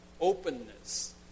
openness